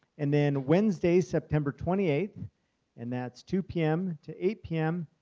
and then wednesday, september twenty eighth and that's two pm to eight pm.